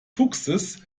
fuchses